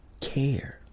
care